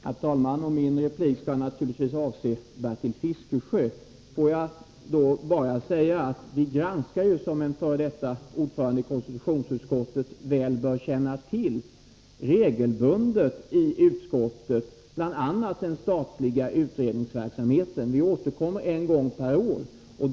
Herr talman! Min replik skall naturligtvis avse Bertil Fiskesjö. Får jag bara säga att som en f. d. ordförande i konstitutionsutskottet väl bör känna till granskar vi i utskottet regelbundet bl.a. den statliga utredningsverksamheten. Vi återkommer en gång per år.